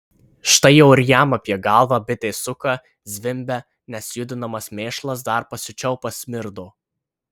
štai jau ir jam apie galvą bitė suka zvimbia nes judinamas mėšlas dar pasiučiau pasmirdo